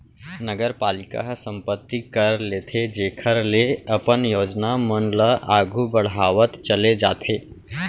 नगरपालिका ह संपत्ति कर लेथे जेखर ले अपन योजना मन ल आघु बड़हावत चले जाथे